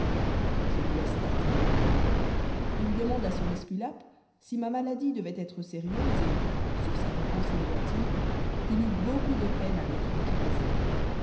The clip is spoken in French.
je me laisse tâter le pouls il demande à son esculape si ma maladie devait être sérieuse et sur sa réponse négative il eut beaucoup de peine à le tranquilliser